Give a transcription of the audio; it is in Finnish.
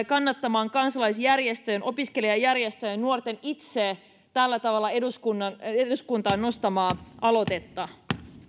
kannattamaan kansalaisjärjestöjen opiskelijajärjestöjen nuorten itse tällä tavalla eduskuntaan nostamaa aloitetta